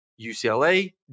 UCLA